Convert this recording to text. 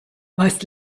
was